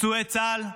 פצועי צה"ל,